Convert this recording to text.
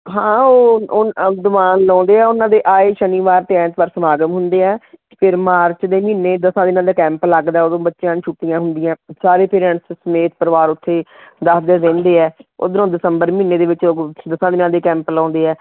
ਹਾਂ ਉਹ ਉਹ ਦੀਵਾਨ ਲਾਉਂਦੇ ਹੈ ਉਨ੍ਹਾਂ ਦੇ ਆਏ ਸ਼ਨੀਵਾਰ ਅਤੇ ਐਤਵਾਰ ਸਮਾਗਮ ਹੁੰਦੇ ਹੈ ਫਿਰ ਮਾਰਚ ਦੇ ਮਹੀਨੇ ਦਸਾਂ ਦਿਨਾਂ ਦਾ ਕੈਂਪ ਲੱਗਦਾ ਉਦੋਂ ਬੱਚਿਆਂ ਨੂੰ ਛੁੱਟੀਆਂ ਹੁੰਦੀਆਂ ਸਾਰੇ ਪੇਰੈਂਟਸ ਸਮੇਤ ਪਰਿਵਾਰ ਉੱਥੇ ਦਸ ਦਿਨ ਰਹਿੰਦੇ ਹੈ ਉੱਧਰੋਂ ਦਸੰਬਰ ਮਹੀਨੇ ਦੇ ਵਿੱਚ ਉਹ ਦਸਾਂ ਦਿਨਾਂ ਦੇ ਕੈਂਪ ਲਾਉਂਦੇ ਹੈ